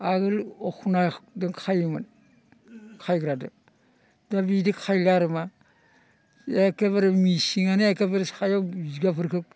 आगोल अखलनाजों खायोमोन खायग्रादो दा बिदि खाला आरोमा एखेबारे मेसिनआनो एखेबारे सायाव जिगाबफोरखौ